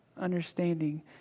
understanding